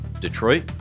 Detroit